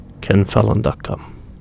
KenFallon.com